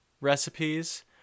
recipes